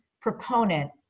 proponent